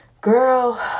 girl